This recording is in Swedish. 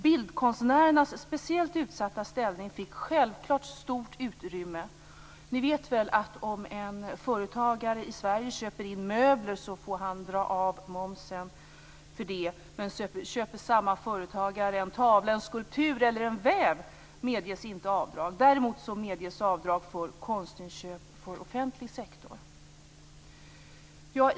Bildkonstnärernas speciellt utsatta ställning fick självklart stort utrymme. Ni vet väl att om en företagare i Sverige köper in möbler får han dra av momsen för det, men om samma företagare köper en tavla, en skulptur eller en väv medges inte avdrag. Däremot medges avdrag för konstinköp för offentlig sektor.